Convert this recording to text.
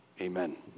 Amen